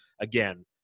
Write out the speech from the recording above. again